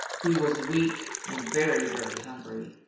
he was weak and very, very hungry.